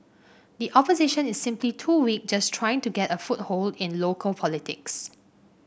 the Opposition is simply too weak just trying to get a foothold in local politics